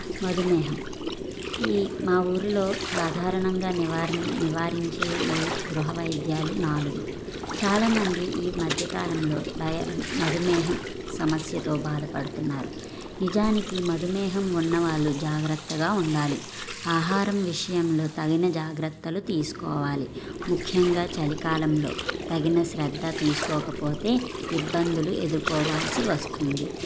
మధుమేహం ఈ మా ఊరిలో సాధారణంగా నివారి నివారించే ఈ గృహ వైద్యాలు నాలుగు చాలా మంది ఈ మధ్యకాలంలో డయా మధుమేహం సమస్యతో బాధపడుతున్నారు నిజానికి మధుమేహం ఉన్నవాళ్ళు జాగ్రత్తగా ఉండాలి ఆహారం విషయంలో తగిన జాగ్రత్తలు తీసుకోవాలి ముఖ్యంగా చలికాలంలో తగిన శ్రద్ధ తీసుకోకపోతే ఇబ్బందులు ఎదుర్కోవాల్సి వస్తుంది